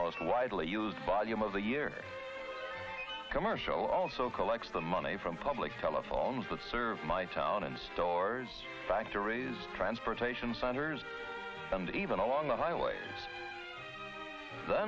most widely used by humans the year commercial also collects the money from public telephones that serve my town and stores factories transportation centers and even along the highway